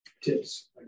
tips